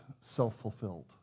self-fulfilled